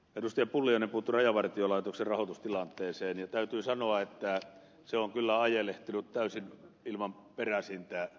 pulliainen puuttui rajavartiolaitoksen rahoitustilanteeseen ja täytyy sanoa että se on kyllä ajelehtinut täysin ilman peräsintä